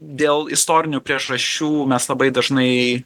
dėl istorinių priežasčių mes labai dažnai